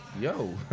Yo